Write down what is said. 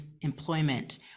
employment